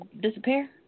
disappear